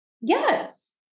Yes